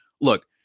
look